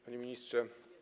Panie Ministrze!